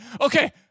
Okay